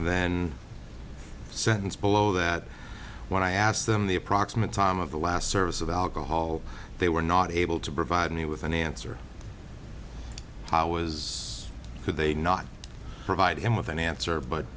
then sentence below that when i asked them the approximate time of the last service of alcohol they were not able to provide me with an answer was could they not provide him with an answer but